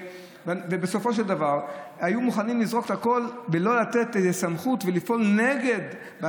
בסופו של דבר היו מוכנים לזרוק הכול ולא לתת סמכות ולפעול נגד.